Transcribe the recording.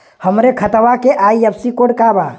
हमरे खतवा के आई.एफ.एस.सी कोड का बा?